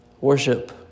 Worship